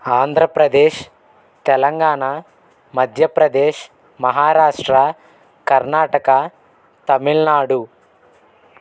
Andhra Pradesh Telangana Madhya Pradesh Maharashtra Karnataka Tamil Nadu